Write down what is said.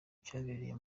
cyabereye